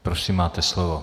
Prosím, máte slovo.